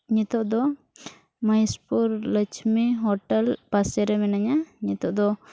ᱱᱤᱛᱚᱜ ᱫᱚ ᱢᱚᱦᱮᱥᱯᱩᱨ ᱞᱚᱪᱷᱢᱤ ᱦᱳᱴᱮᱞ ᱯᱟᱥᱮᱨᱮ ᱢᱤᱱᱟᱹᱧᱟ ᱱᱤᱛᱚᱜ ᱫᱚ